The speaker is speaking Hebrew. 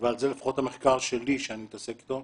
ועל זה לפחות המחקר שלי שאני מתעסק איתו.